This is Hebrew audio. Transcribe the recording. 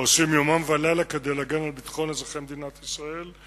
העושים יומם ולילה כדי להגן על ביטחון אזרחי מדינת ישראל,